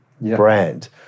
brand